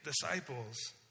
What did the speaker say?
disciples